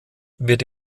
wird